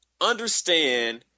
understand